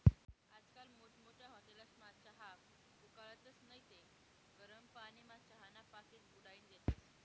आजकाल मोठमोठ्या हाटेलस्मा चहा उकाळतस नैत गरम पानीमा चहाना पाकिटे बुडाईन देतस